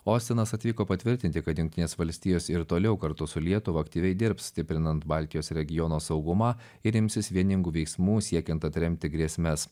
ostinas atvyko patvirtinti kad jungtinės valstijos ir toliau kartu su lietuva aktyviai dirbs stiprinant baltijos regiono saugumą ir imsis vieningų veiksmų siekiant atremti grėsmes